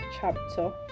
chapter